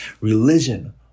religion